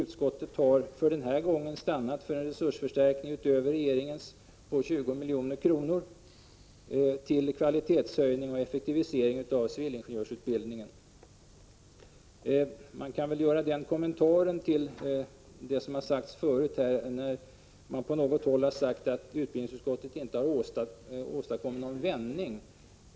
Utskottet har för denna gång stannat för en resursförstärkning utöver regeringens förslag med 20 milj.kr. till kvalitetshöjning och effektivisering av civilingenjörsutbildningen. Från något håll har sagts att utbildningsutskottet inte har åstadkommit en vändning.